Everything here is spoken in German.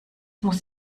muss